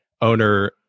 owner